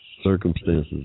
Circumstances